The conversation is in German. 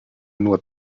nur